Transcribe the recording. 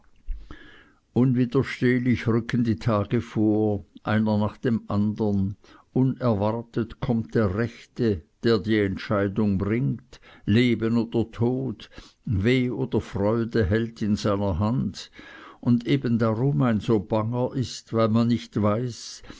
unwiderstehlich rücken die tage vor einer nach dem andern unerwartet kommt der rechte der die entscheidung bringt leben oder tod weh oder freude hält in seiner hand und eben darum ein so banger ist weil man nicht weiß